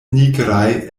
nigraj